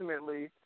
ultimately